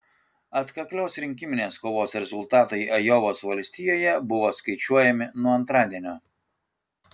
atkaklios rinkiminės kovos rezultatai ajovos valstijoje buvo skaičiuojami nuo antradienio